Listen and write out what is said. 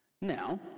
Now